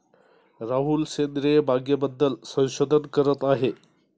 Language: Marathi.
राहुल सेंद्रिय बागेबद्दल संशोधन करत आहे